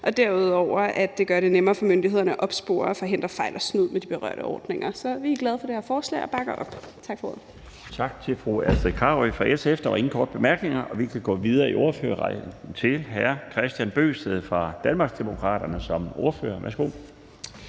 og derudover gør det det nemmere for myndighederne at opspore og forhindre fejl og snyd med de berørte ordninger. Så vi er glade for det forslag og bakker op. Tak for ordet. Kl. 13:11 Den fg. formand (Bjarne Laustsen): Tak til fru Astrid Carøe fra SF. Der var ingen korte bemærkninger, og vi kan gå videre i ordførerrækken til hr. Kristian Bøgsted fra Danmarksdemokraterne som ordfører. Værsgo.